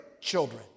children